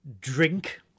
drink